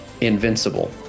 invincible